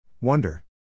Wonder